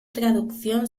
traducción